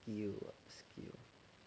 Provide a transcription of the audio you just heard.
skills ah skill